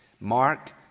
Mark